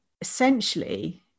essentially